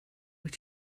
wyt